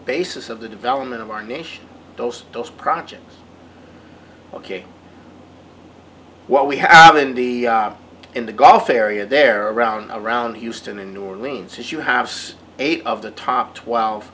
basis of the development of our nation those those projects ok what we have in the in the gulf area there around around houston and new orleans is you have eight of the top twelve